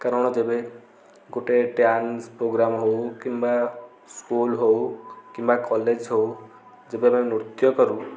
କାରଣ ଯେବେ ଗୋଟେ ଡାନ୍ସ ପୋଗ୍ରାମ୍ ହେଉ କିମ୍ବା ସ୍କୁଲ୍ ହେଉ କିମ୍ବା କଲେଜ୍ ହେଉ ଯେବେ ଆମେ ନୃତ୍ୟ କରୁ